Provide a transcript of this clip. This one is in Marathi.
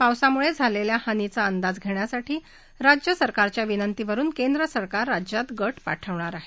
पावसामुळे झालेल्या पाण्याचा अंदाज घेण्यासाठी राज्य सरकारच्या विनंतीवरून केंद्र सरकार राज्यात मंत्री गट पाठवणार आहे